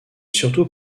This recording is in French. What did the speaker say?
surtout